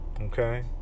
Okay